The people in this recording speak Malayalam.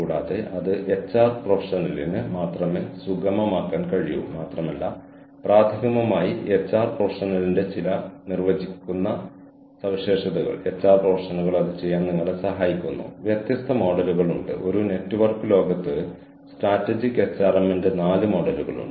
കൂടാതെ നമ്മൾ പഠിപ്പിച്ചതും വികസിപ്പിക്കാൻ കഴിയുന്നതുമായ കോഴ്സുകൾ വികസിപ്പിക്കാൻ നമ്മൾക്ക് എല്ലാവർക്കും തുല്യമായ അവസരം നൽകപ്പെട്ടു ഇതുപോലുള്ള ഒരു ഓൺലൈൻ ടീച്ചിംഗ് മോഡിനായി